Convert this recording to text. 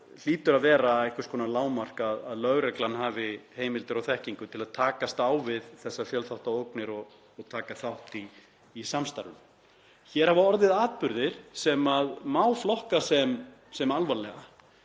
hlýtur að vera einhvers konar lágmark að lögreglan hafi heimildir og þekkingu til að takast á við þessar fjölþáttaógnir og taka þátt í samstarfi. Hér hafa orðið atburðir sem má flokka sem alvarlega.